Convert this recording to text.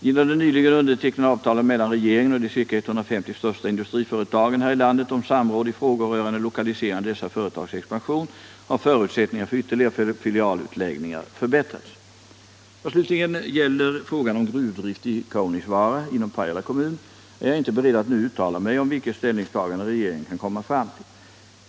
Genom det nyligen undertecknade avtalet mellan regeringen och de ca 150 största industriföretagen här i landet om samråd i frågor rörande lokalisering av dessa företags expansion har förutsättningarna för ytterligare filialutläggningar förbättrats. Vad slutligen beträffar frågan om gruvdrift i Kaunisvaara, inom Pajala kommun, är jag inte beredd att nu uttala mig om vilket ställningstagande regeringen kan komma fram till.